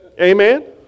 Amen